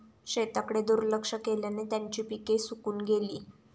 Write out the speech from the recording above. शेताकडे दुर्लक्ष केल्याने त्यांची पिके सुकून गेली